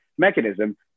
mechanism